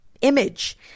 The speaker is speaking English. image